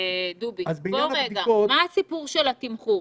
מה הסיפור של התמחור?